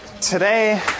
Today